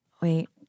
wait